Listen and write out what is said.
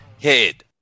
head